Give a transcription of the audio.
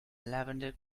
lavender